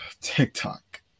TikTok